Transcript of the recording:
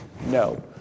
No